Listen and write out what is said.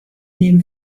neben